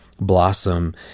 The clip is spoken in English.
blossom